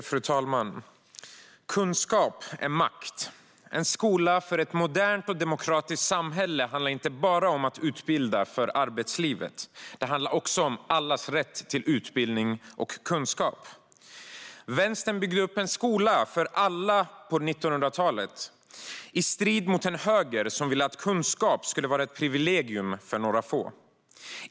Fru talman! Kunskap är makt. En skola för ett modernt och demokratiskt samhälle handlar inte bara om att utbilda för arbetslivet - den handlar också om allas rätt till utbildning och kunskap. Vänstern byggde upp en skola för alla på 1900-talet, i strid mot en höger som ville att kunskap skulle vara ett privilegium för några få.